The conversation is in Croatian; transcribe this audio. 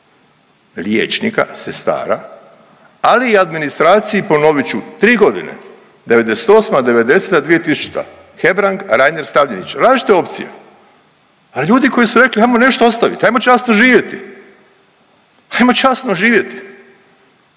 liječnika i sestara, ali i administraciji. Ponovit ću, 3.g., '98., '90., 2000., Hebrang, Reiner, Stavljenić, različite opcije, al ljudi koji su rekli ajmo nešto ostavit, ajmo časno živjeti, ajmo časno živjeti,